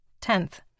Tenth